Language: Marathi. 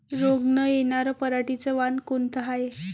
रोग न येनार पराटीचं वान कोनतं हाये?